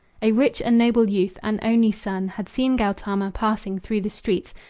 a rich and noble youth, an only son, had seen gautama passing through the streets,